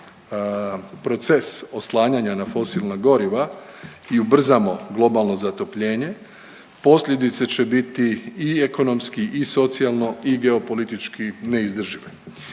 proces oslanjanja na fosilna goriva i ubrzamo globalno zatopljenje posljedice će biti i ekonomski i socijalno i geopolitički neizdržive